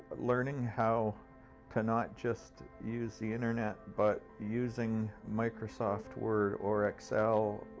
learning how to not just use the internet, but using microsoft word or excel,